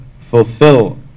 fulfill